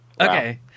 Okay